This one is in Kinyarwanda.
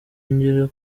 igera